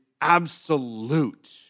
absolute